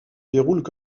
déroulent